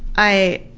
i